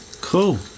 cool